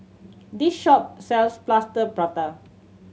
this shop sells Plaster Prata